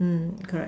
mm correct